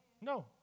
No